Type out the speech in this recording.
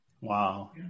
Wow